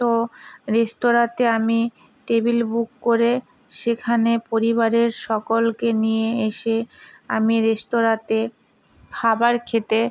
তো রেস্তোরাঁতে আমি টেবিল বুক করে সেখানে পরিবারের সকলকে নিয়ে এসে আমি রেস্তোরাঁতে খাবার খেতে